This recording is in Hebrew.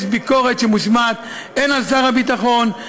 יש ביקורת שמושמעת הן על שר הביטחון,